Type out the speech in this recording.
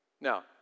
Now